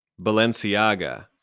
Balenciaga